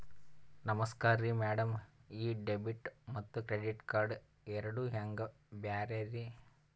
ನಮಸ್ಕಾರ್ರಿ ಮ್ಯಾಡಂ ಈ ಡೆಬಿಟ ಮತ್ತ ಕ್ರೆಡಿಟ್ ಕಾರ್ಡ್ ಎರಡೂ ಹೆಂಗ ಬ್ಯಾರೆ ರಿ?